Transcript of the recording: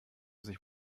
sich